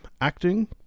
acting